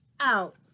out